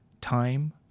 time